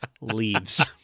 leaves